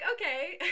okay